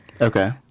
Okay